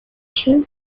two